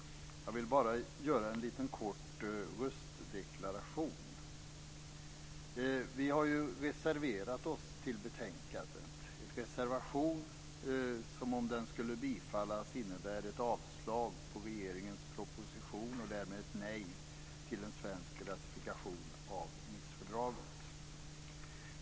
Jag vill bara göra en liten kort röstdeklaration. Vi har reserverat oss till betänkandet. Reservationen innebär, om den skulle bifallas, ett avslag på regeringens proposition och därmed ett nej till en svensk ratifikation av Nicefördraget.